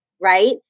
Right